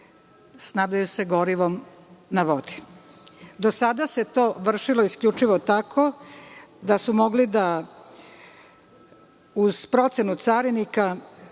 snabdeju gorivom na vodi. Do sada se to vršilo isključivo tako da su mogli da, uz procenu carinika,